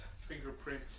Fingerprint